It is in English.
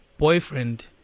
boyfriend